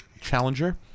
challenger